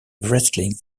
wrestling